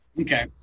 Okay